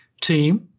team